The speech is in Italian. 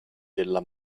della